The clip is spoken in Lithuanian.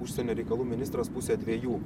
užsienio reikalų ministras pusę dviejų